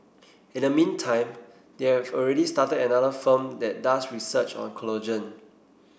in the meantime they have already started another firm that does research on collagen